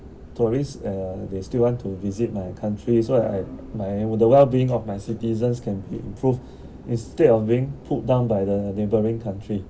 tourists uh they still want to visit my country so I I my with the well being of my citizens can improve instead of being pulled down by the neighbouring country